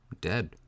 dead